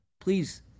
Please